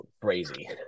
crazy